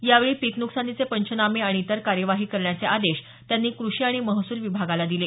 यावेळी पिक नुकसानीचे पंचनामे आणि इतर कार्यवाही करण्याचे आदेश त्यांनी कृषी आणि महसूल विभागाला दिले